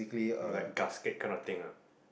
like gasket kind of thing ah